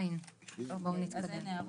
בואו נתקדם.